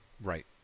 Right